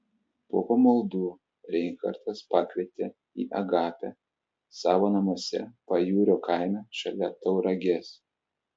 po pamaldų reinhartas pakvietė į agapę savo namuose pajūrio kaime šalia tauragės